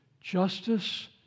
justice